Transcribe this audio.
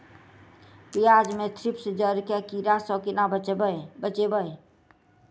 प्याज मे थ्रिप्स जड़ केँ कीड़ा सँ केना बचेबै?